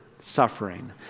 suffering